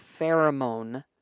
pheromone